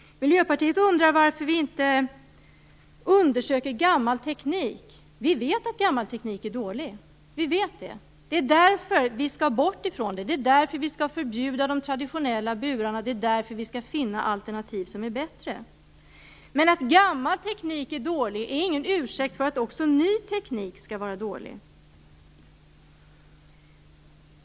Miljöpartiet undrar varför vi inte undersöker gammal teknik. Vi vet att gammal teknik är dålig. Det är därför vi skall bort ifrån den. Det är därför vi skall förbjuda de traditionella burarna och finna alternativ som är bättre. Men att gammal teknik är dålig är ingen ursäkt för att också ny teknik skall vara dålig.